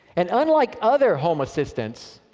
and unlike other home assistants,